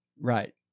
right